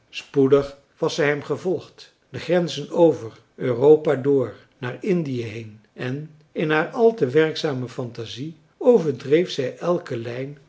spoedig was zij hem gevolgd de grenzen over europa door naar indië heen en in haar al te werkzame fantasie overdreef zij elke lijn